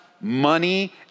money